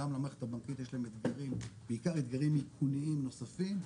גם למערכת הבנקאית יש אתגרים בעיקר אתגרים מיכוניים נוספים,